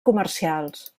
comercials